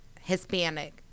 Hispanic